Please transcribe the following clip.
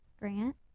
Grant